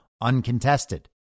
uncontested